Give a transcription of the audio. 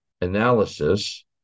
analysis